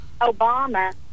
Obama